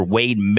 Wade